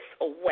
away